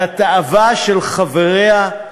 על התאווה של חבריה,